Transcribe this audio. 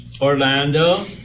Orlando